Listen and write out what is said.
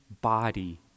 body